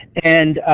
and